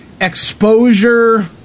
exposure